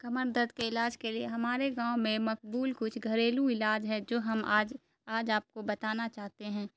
کمر درد کے علاج کے لیے ہمارے گاؤں میں مقبول کچھ گھریلو علاج ہے جو ہم آج آج آپ کو بتانا چاہتے ہیں